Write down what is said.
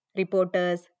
reporters